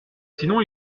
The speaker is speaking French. sinon